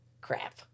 Crap